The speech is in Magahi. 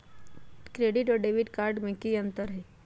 क्रेडिट कार्ड और डेबिट कार्ड में की अंतर हई?